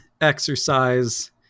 exercise